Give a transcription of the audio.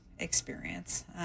experience